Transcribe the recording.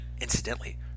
incidentally